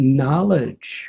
knowledge